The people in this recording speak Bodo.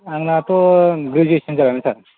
आंनाथ' ग्रेजुयेसन जाबायमोन सार